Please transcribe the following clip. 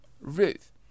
ruth